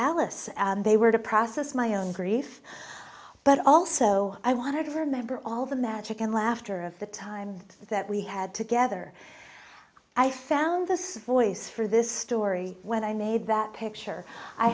alice they were to process my own grief but also i wanted remember all the magic and laughter of the time that we had together i found this voice for this story when i made that picture i